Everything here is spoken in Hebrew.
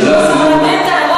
זה לא הסגנון,